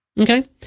Okay